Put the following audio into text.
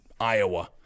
Iowa